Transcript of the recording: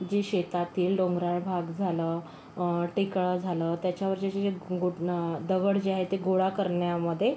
जी शेतातील डोंगराळ भाग झालं टेकळं झालं त्याच्यावर जे जे दगड जे आहे ते गोळा करण्यामध्ये